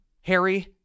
Harry